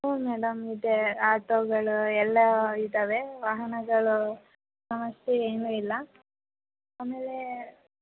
ಹ್ಞೂ ಮೇಡಮ್ ಇದೆ ಆಟೋಗಳು ಎಲ್ಲ ಇದ್ದಾವೆ ವಾಹನಗಳು ಸಮಸ್ಯೆ ಏನೂ ಇಲ್ಲ ಆಮೇಲೆ